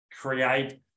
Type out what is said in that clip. create